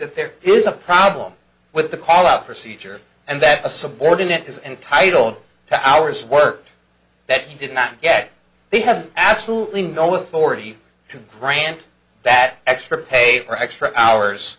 that there is a problem with the call out procedure and that a subordinate is entitled to hours worked that he did not get they have absolutely no with forty two grand that extra paper extra hours